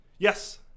yes